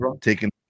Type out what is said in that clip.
taking